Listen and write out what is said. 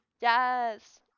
Yes